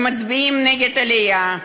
הם מצביעים נגד עלייה,